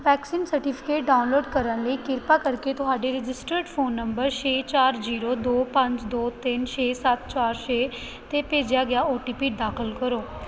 vaccine certificate download ਕਰਨ ਲਈ ਕਿਰਪਾ ਕਰਕੇ ਤੁਹਾਡੇ ਰਜਿਸਟਰਡ ਫ਼ੋਨ ਨੰਬਰ ਛੇ ਚਾਰ ਜ਼ੀਰੋ ਦੋ ਪੰਜ ਦੋ ਤਿੰਨ ਛੇ ਸੱਤ ਚਾਰ ਛੇ 'ਤੇ ਭੇਜਿਆ ਗਿਆ ਓ ਟੀ ਪੀ ਦਾਖਲ ਕਰੋ